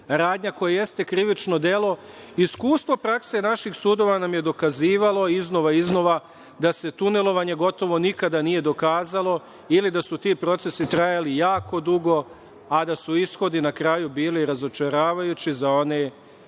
radnja koja jeste krivično delo, iskustvo prakse naših sudova nam je dokazivalo iznova i iznova da se tunelovanje gotovo nikada nije dokazalo ili da su ti procesi trajali jako dugo, a da su ishodi na kraju bili razočaravajući za one